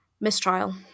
mistrial